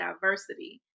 diversity